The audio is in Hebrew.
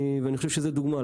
אני חושב שזאת דוגמה.